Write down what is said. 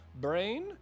brain